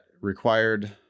required